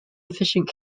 efficient